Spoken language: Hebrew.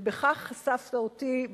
ובכך חשפת אותי,